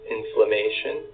inflammation